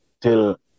till